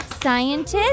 scientist